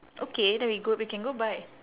okay then we go we can go buy